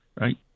Right